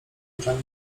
oczami